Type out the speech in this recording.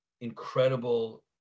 incredible